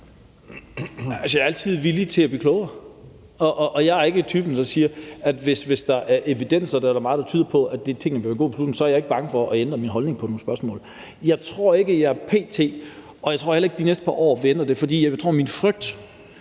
Jeg er altid villig til at blive klogere, og jeg er ikke typen, der, hvis der er evidens og der er meget, der tyder på, at noget vil være en god beslutning, er bange for at ændre min holdning på nogle spørgsmål. Jeg tror ikke, at jeg p.t. og de næste par år ændrer holdning, for jeg har en frygt